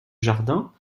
jardin